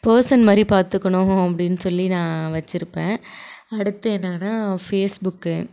பார்சன் மாதிரி பார்த்துக்கணும் அப்டின்னு சொல்லி நான் வச்சுருப்பேன் அடுத்து என்னான்னா ஃபேஸ்புக்கு